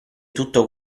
tutto